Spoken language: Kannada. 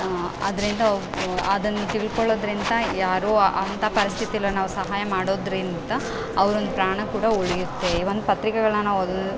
ಅದರಿಂದ ಒ ಅದನ್ನ ತಿಳ್ಕೊಳ್ಳೋದರಿಂದ ಯಾರೋ ಅಂಥಾ ಪರಿಸ್ಥಿತ್ಯಲ್ಲಿ ನಾವು ಸಹಾಯ ಮಾಡೋದ್ರಿಂತ ಅವ್ರುನ್ನ ಪ್ರಾಣ ಕೂಡ ಉಳಿಯುತ್ತೆ ಒಂದು ಪತ್ರಿಕೆಗಳನ್ನ ಓದೋದು